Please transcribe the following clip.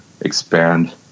expand